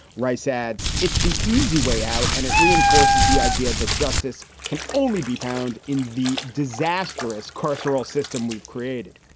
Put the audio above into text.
rice adds, it's the easy way out and it reinforces the idea that justice can only be found in the disastrous carceral system we've created.